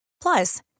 Plus